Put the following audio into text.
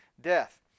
death